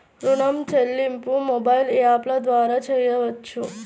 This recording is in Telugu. ఋణం చెల్లింపు మొబైల్ యాప్ల ద్వార చేయవచ్చా?